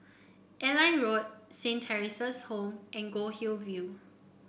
Airline Road Saint Theresa's Home and Goldhill View